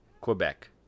Quebec